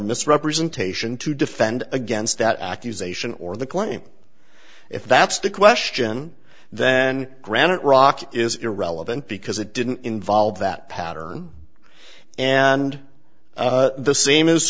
misrepresentation to defend against that accusation or the claim if that's the question then granite rock is irrelevant because it didn't involve that pattern and the same is